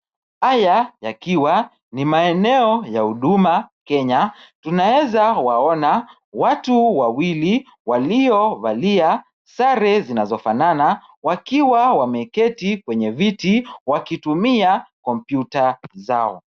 Haya yakiwa ni maeneo ya Huduma Kenya, tunaeza waona watu wawili waliovalia sare zinazofanana, wakiwa wameketi kwenye viti wakitumia kompyuta zao.